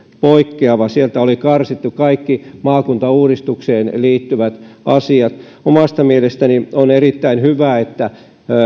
poikkeava sieltä oli karsittu kaikki maakuntauudistukseen liittyvät asiat omasta mielestäni on erittäin hyvä että